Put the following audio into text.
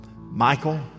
Michael